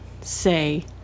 say